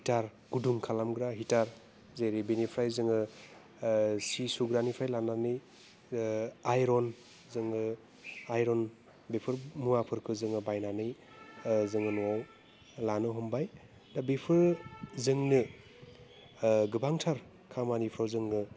heater गुदुं खालामग्रा हिटार जेरै बिनिफ्राय जोङो सि सुग्रानिफ्राय लानानै आइरन जोङो आइरन बेफोर मुवाफोरखौ बायनानै जोङो न'आव लानो हमबाय दा बेफोर जोंनो गोबांथार खामानिफ्राव जोङो